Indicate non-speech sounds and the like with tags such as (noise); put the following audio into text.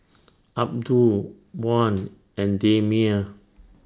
Abdul Wan (noise) and Damia